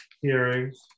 hearings